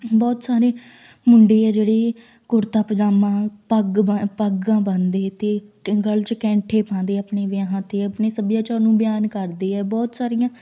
ਬਹੁਤ ਸਾਰੇ ਮੁੰਡੇ ਆ ਜਿਹੜੇ ਕੁੜਤਾ ਪਜਾਮਾ ਪੱਗ ਬ ਪੱਗਾਂ ਬੰਨਦੇ ਅਤੇ ਗਲ 'ਚ ਕੈਂਠੇ ਪਾਉਂਦੇ ਆਪਣੇ ਵਿਆਹਾਂ 'ਤੇ ਆਪਣੇ ਸੱਭਿਆਚਾਰ ਨੂੰ ਬਿਆਨ ਕਰਦੇ ਹੈ ਬਹੁਤ ਸਾਰੀਆਂ